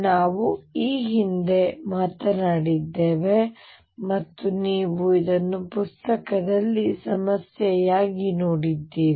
ನಾವು ಈ ಹಿಂದೆ ಮಾತನಾಡಿದ್ದೇವೆ ಮತ್ತು ನೀವು ಇದನ್ನು ಪುಸ್ತಕದಲ್ಲಿ ಸಮಸ್ಯೆಯಾಗಿ ನೋಡಿದ್ದೀರಿ